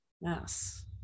Yes